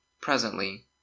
Presently